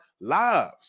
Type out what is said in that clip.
lives